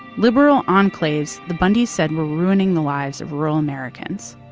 liberal enclaves the bundys said we're ruining the lives of rural americans